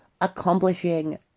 accomplishing